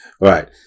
Right